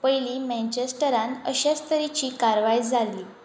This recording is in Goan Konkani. पयलीं मॅन्चॅस्टरान अशेच तरेची कारवाय जाली